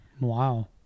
wow